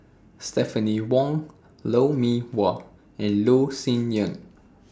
Stephanie Wong Lou Mee Wah and Loh Sin Yun